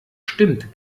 stimmt